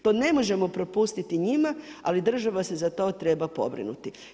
To ne možemo prepustiti njima, ali država se za to treba pobrinuti.